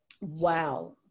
Wow